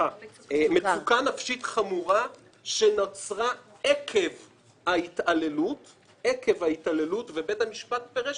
ומגדירים זאת כמצוקה נפשית חמורה שנוצרה עקב ההתעללות ובית המשפט פירש